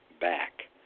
back